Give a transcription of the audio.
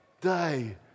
Day